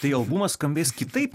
tai albumas skambės kitaip